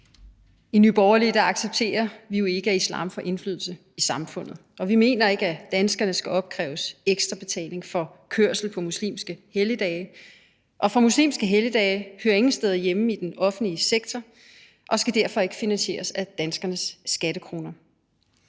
I Nye Borgerlige accepterer vi jo ikke, at islam får indflydelse i samfundet, og vi mener ikke, at danskerne skal opkræves ekstra betaling for kørsel på muslimske helligdage, for muslimske helligdage hører ingen steder hjemme i den offentlige sektor og skal derfor ikke finansieres af danskernes skattekroner.